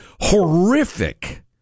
horrific